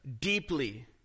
deeply